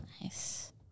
Nice